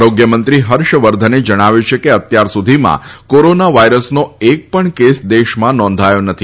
આરોગ્ય મંત્રી ફર્ષ વર્ધને જણાવ્યું છે કે અત્યાર સુધીમાં કોરોના વાયરસનો એક પણ કેસ દેશમાં નોંધાયો નથી